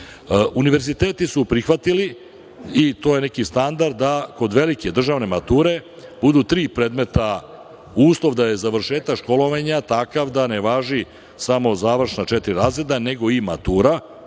svega. Univerziteti su prihvatili i to je neki standard da kod velike državne mature budu tri predmeta uslov da je završetak školovanja takav da ne važi samo završna četiri razreda, nego i matura,